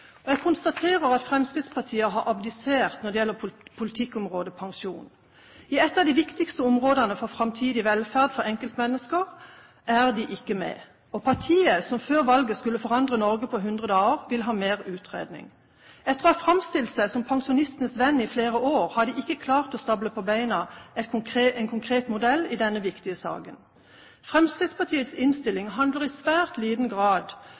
Fremskrittspartiet. Jeg konstaterer at Fremskrittspartiet har abdisert når det gjelder politikkområdet pensjon. I ett av de viktigste områdene for framtidig velferd for enkeltmennesker er de ikke med. Partiet, som før valget skulle forandre Norge på hundre dager, vil ha mer utredning. Etter å ha framstilt seg som «pensjonistenes venn» i flere år har de ikke klart å stable på beina en konkret modell i denne viktige saken. Fremskrittspartiets innstilling handler i svært liten grad